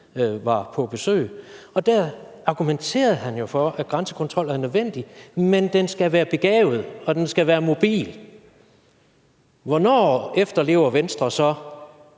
var på besøg, og der argumenterede han for, at grænsekontrol er nødvendig, men at den skal være begavet, og at den skal være en mobil. Hvornår efterlever Venstre så